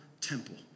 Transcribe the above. temple